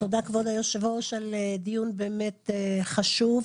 תודה כבוד היושב-ראש על דיון באמת חשוב.